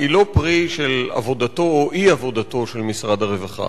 היא לא פרי של אי-עבודתו של משרד הרווחה,